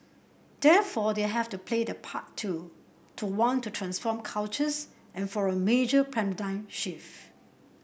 therefore they have to play their part too to want to transform cultures and for a major shift